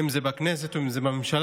אם זה בכנסת ואם זה בממשלה.